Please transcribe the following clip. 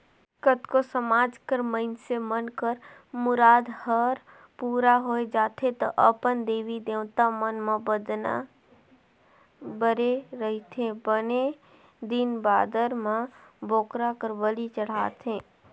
कतको समाज कर मइनसे मन कर मुराद हर पूरा होय जाथे त अपन देवी देवता मन म बदना बदे रहिथे बने दिन बादर म बोकरा कर बली चढ़ाथे